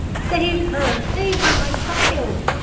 save her! save her! my child!